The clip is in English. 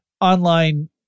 online